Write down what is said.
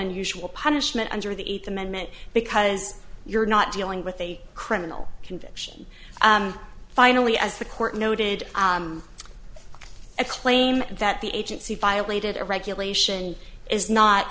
unusual punishment under the eighth amendment because you're not dealing with a criminal conviction finally as the court noted a claim that the agency violated a regulation is not